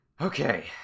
Okay